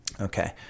Okay